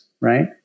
right